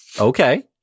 Okay